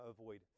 avoid